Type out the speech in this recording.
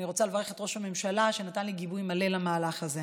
אני רוצה לברך את ראש הממשלה שנתן לי גיבוי מלא למהלך הזה.